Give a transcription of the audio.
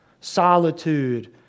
solitude